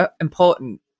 important